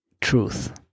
truth